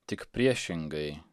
tik priešingai